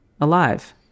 alive